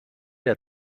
der